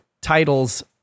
titles